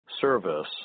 service